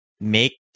make